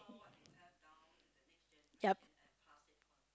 yup